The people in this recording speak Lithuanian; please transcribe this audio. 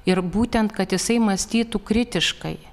ir būtent kad jisai mąstytų kritiškai